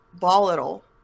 volatile